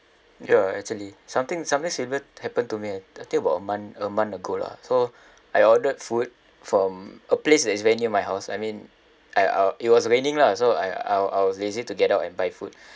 ya actually something something similar happened to me I think about a month a month ago lah so I ordered food from a place that is very near my house I mean I uh it was raining lah so I I I was lazy to get out and buy food